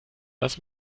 lass